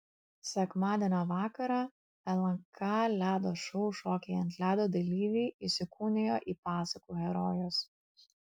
sekmadienio vakarą lnk ledo šou šokiai ant ledo dalyviai įsikūnijo į pasakų herojus